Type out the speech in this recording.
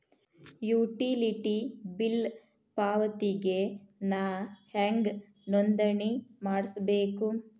Utility bill ಪಾವತಿಗೆ ನಾ ಹೆಂಗ್ ನೋಂದಣಿ ಮಾಡ್ಸಬೇಕು?